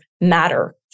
matter